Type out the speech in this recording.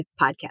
podcast